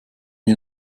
wir